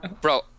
bro